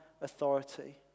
authority